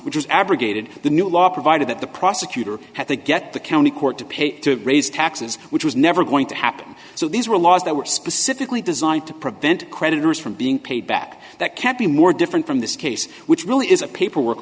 abrogated the new law provided that the prosecutor had to get the county court to pay to raise taxes which was never going to happen so these were laws that were specifically designed to prevent creditors from being paid back that can't be more different from this case which really is a paperwork